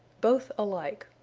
both alike.